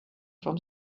from